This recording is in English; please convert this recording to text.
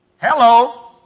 Hello